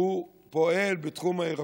ולא פעם היו שם מאבקים,